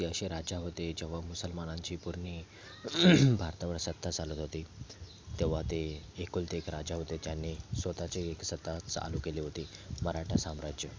ते असे राजा होते जेव्हा मुसलमानांची पूर्ण भारतावर सत्ता चालत होती तेव्हा ते एकुलते एक राजा होते ज्यांनी स्वतःची एक सत्ता चालू केली होती मराठा साम्राज्य